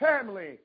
family